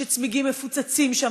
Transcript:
כשצמיגים מפוצצים שם.